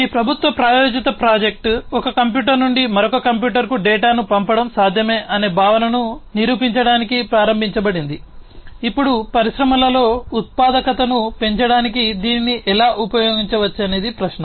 ఈ ప్రభుత్వ ప్రాయోజిత ప్రాజెక్ట్ పెంచడానికి దీనిని ఎలా ఉపయోగించవచ్చనేది ప్రశ్న